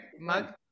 mug